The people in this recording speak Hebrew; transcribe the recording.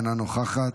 אינה נוכחת,